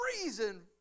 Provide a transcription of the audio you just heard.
freezing